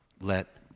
let